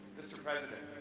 mr. president,